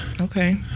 Okay